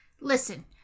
Listen